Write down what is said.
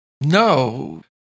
No